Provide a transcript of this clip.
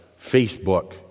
Facebook